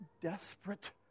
desperate